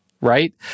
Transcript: right